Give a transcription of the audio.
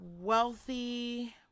wealthy